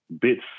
bits